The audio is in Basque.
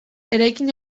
eraikin